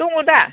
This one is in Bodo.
दङ' दा